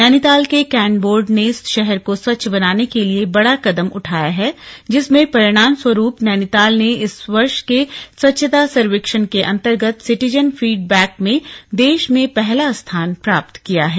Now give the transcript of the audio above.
नैनीताल के cantt board ने शहर को स्वच्छ बनाने के लिए बड़ा कदम उठाया है जिसमे परिणाम स्वरूप नैनीताल ने इस वर्ष के स्वच्छता सर्वेक्षण के अन्तर्गत सिटीजन फीड बैक में देश में पहला स्थान प्राप्त किया है